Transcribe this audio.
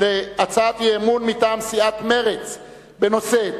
להצעת אי-אמון מטעם סיעת מרצ בנושא: